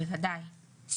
בוודאי.